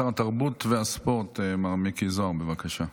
שר התרבות והספורט מר מיקי זוהר, בבקשה.